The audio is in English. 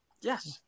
Yes